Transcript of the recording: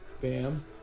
Bam